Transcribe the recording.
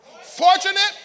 fortunate